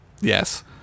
Yes